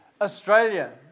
Australia